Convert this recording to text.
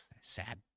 Sad